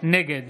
נגד